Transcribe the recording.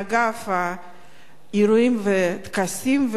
מאגף אירועים וטקסים,